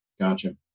Gotcha